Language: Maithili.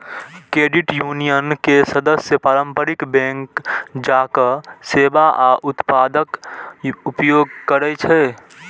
क्रेडिट यूनियन के सदस्य पारंपरिक बैंक जकां सेवा आ उत्पादक उपयोग करै छै